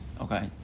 Okay